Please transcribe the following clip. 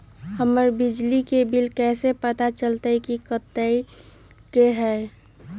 हमर बिजली के बिल कैसे पता चलतै की कतेइक के होई?